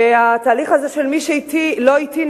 והתהליך הזה של "מי שלא אתי,